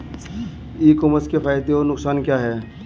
ई commerce के फायदे और नुकसान क्या हैं?